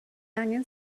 angan